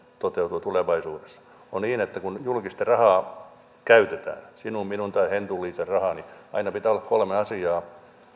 toteutuu tulevaisuudessa on niin että kun julkista rahaa käytetään sinun minun tai hentun liisan rahaa niin aina pitää olla kolme asiaa